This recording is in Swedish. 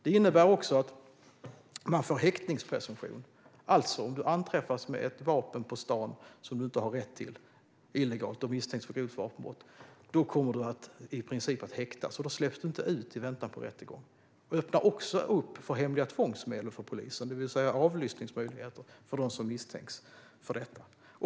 Det innebär också att vi får häktningspresumtion, vilket innebär att om du anträffas med ett illegalt vapen på stan och misstänks för grovt vapenbrott kommer du i princip att häktas, och då släpps du inte ut i väntan på rättegång. Det öppnar också upp för hemliga tvångsmedel för polisen, det vill säga avlyssningsmöjligheter när det gäller dem som misstänks för detta.